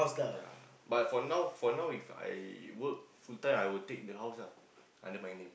ya but for now for now If I work full time I will take the house ah under my name